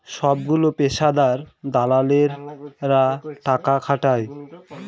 সবগুলো পেশাদার দালালেরা টাকা খাটায়